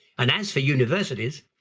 and as for universities,